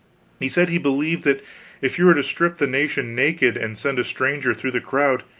he said he believed that if you were to strip the nation naked and send a stranger through the crowd,